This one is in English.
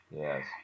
yes